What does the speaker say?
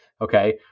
Okay